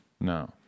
No